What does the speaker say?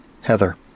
Heather